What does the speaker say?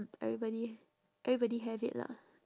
everybody everybody have it lah